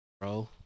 Bro